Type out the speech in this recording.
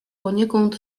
poniekąd